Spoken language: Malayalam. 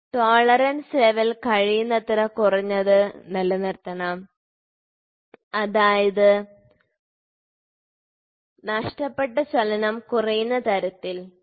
ടോളറൻസ് ലെവൽ കഴിയുന്നത്ര കുറഞ്ഞത് നിലനിർത്തണം അതായത് നഷ്ടപ്പെട്ട ചലനം കുറയുന്ന തരത്തിൽ ശരി